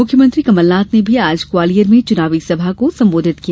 मुख्यमंत्री कमलनाथ ने भी आज ग्वालियर में चुनावी सभा को संबोधित किया